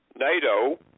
NATO